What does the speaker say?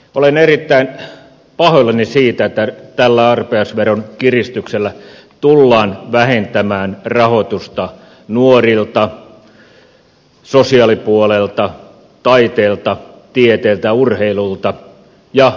olen erittäin pahoillani siitä että tällä arpajaisveron kiristyksellä tullaan vähentämään rahoitusta nuorilta sosiaalipuolelta taiteelta tieteeltä urheilulta ja hevostaloudelta